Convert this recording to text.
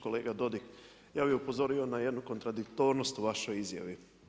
Kolega Dodig, ja bih upozorio na jednu kontradiktornost u vašoj izjavi.